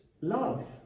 love